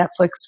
Netflix